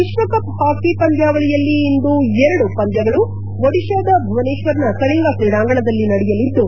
ವಿಶ್ವಕಪ್ ಹಾಕಿ ಪಂದ್ಯಾವಳಿಯಲ್ಲಿ ಇಂದು ಎರಡು ಪಂದ್ಯಗಳು ಒಡಿತಾದ ಭುವನೇಶ್ವರ್ನ ಕಳಿಂಗ ಕ್ರೀಡಾಂಗಣದಲ್ಲಿ ನಡೆಯಲಿದ್ದು